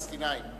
הפלסטינים.